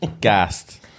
Gassed